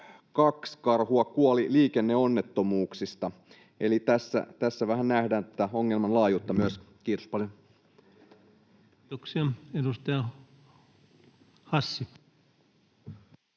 72 karhua kuoli liikenneonnettomuuksissa. Eli tässä vähän nähdään myös tätä ongelman laajuutta. — Kiitos paljon. [Petri Huru: Juuri